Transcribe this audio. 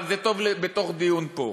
אבל זה טוב בתוך דיון פה.